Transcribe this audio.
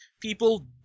people